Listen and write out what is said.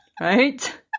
Right